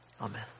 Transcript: Amen